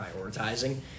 prioritizing